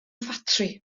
ffatri